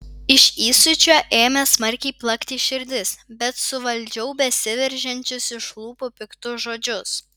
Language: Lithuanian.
iš įsiūčio ėmė smarkiai plakti širdis bet suvaldžiau besiveržiančius iš lūpų piktus žodžius